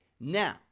Now